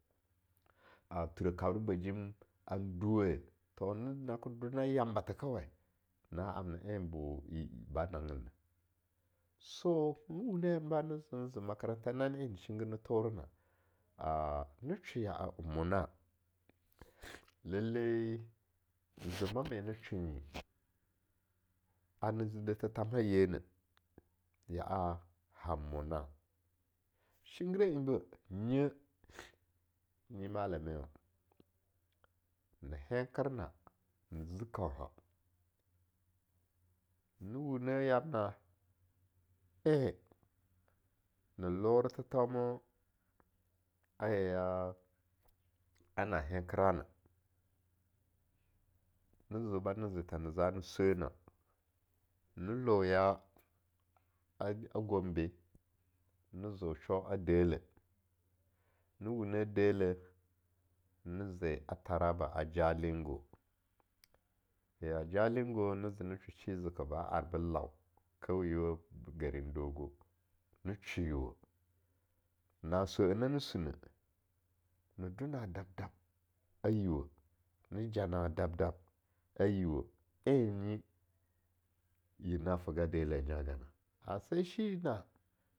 Thareh kabrab bajim an duwe eh to na do na yamba tha kawai na an na en bo ba nanggenna, so i wuna yamna bane zeneze makaranta nane en na shinggir na thorena, ne shwe yaa nmona, lallai zema e na shwenyi ana zi da thethamhayenah, a'a han mona, shinggireh en beh, nye nyi malamewa, na enker naa, ni zi kaunha, na wuna yamna, en na loro thetheumo ana henkera na, ne ze ba ne ze tha na zani sweh na'a, ne la ya a Gombe ne zeo sho a deleh, ne wunah deleh ne ze a Taraba a Jalingo, ya Jalingo ne ze ne sho shi zika ba arbo haw, kauyewe garin dogo, ne shwe yiuweh, na'a swe'eh nani suneh, ne do na dab-dab a yiuweh, ne ja naa dab-dab ayiuweh, en nyi yir na tega deleh nya gana, ase shi na'a.